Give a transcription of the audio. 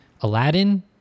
Aladdin